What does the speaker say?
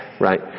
right